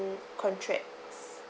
contracts